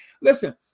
listen